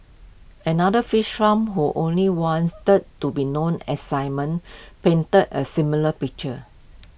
another fish farmer who only wanted to be known as simon painted A similar picture